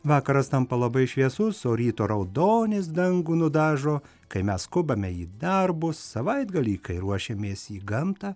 vakaras tampa labai šviesus o ryto raudonis dangų nudažo kai mes skubame į darbus savaitgalį kai ruošiamės į gamtą